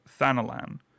Thanalan